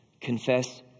Confess